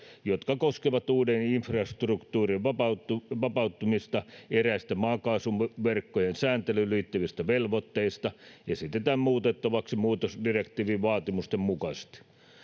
jotka koskevat uuden infrastruktuurin vapautumista vapautumista eräistä maakaasuverkkojen sääntelyyn liittyvistä velvoitteista esitetään muutettavaksi muutosdirektiivin vaatimusten mukaisesti